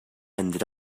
ended